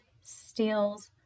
steals